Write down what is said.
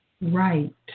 right